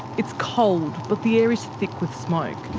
it's cold, but the air is thick with smoke.